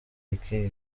iki